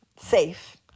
safe